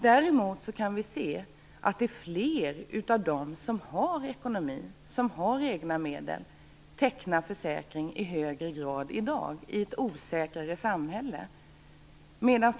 Däremot kan vi se att fler av dem som har en god ekonomi, som har egna medel, i dag, i ett osäkrare samhälle, i högre grad tecknar försäkring.